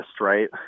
right